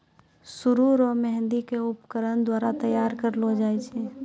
सरु रो मेंहदी के उपकरण द्वारा तैयार करलो जाय छै